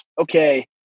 okay